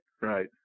right